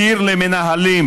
התיר למנהלים